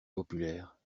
populaire